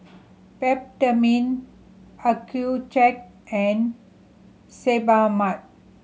Peptamen Accucheck and Sebamed